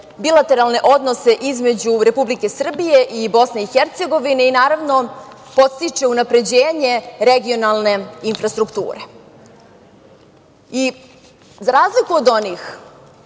bilateralne odnose između Republike Srbije i BiH i, naravno, podstiče unapređenje regionalne infrastrukture.Za razliku od onih